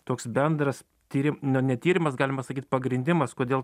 toks bendras tyri nu ne tyrimas galima sakyt pagrindimas kodėl